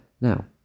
Now